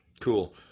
cool